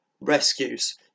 rescues